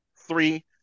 three